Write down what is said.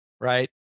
right